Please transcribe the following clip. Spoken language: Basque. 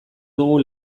dugu